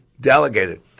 delegated